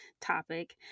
topic